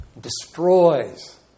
destroys